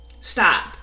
Stop